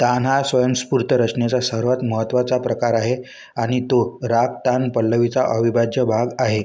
तान हा स्वयंस्फुर्त रचनेचा सर्वात महत्त्वाचा प्रकार आहे आणि तो राग तान पल्लवीचा अविभाज्य भाग आहे